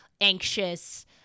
anxious